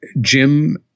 Jim